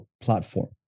platform